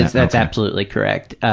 that's absolutely correct.